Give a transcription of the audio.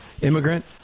immigrant